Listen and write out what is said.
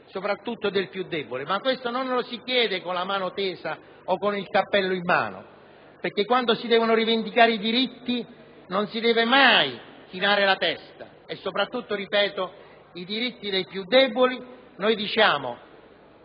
soprattutto dei più deboli. Questo non lo si chiede con la mano tesa o con il cappello in mano, perché quando si devono rivendicare i diritti non si deve mai chinare la testa. Ciò vale soprattutto, lo ripeto, per i diritti dei più deboli. Noi diciamo